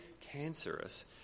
cancerous